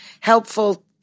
helpful